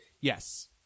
Yes